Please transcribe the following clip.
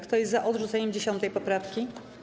Kto jest za odrzuceniem 10. poprawki?